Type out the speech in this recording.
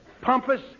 pompous